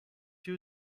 you